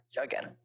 again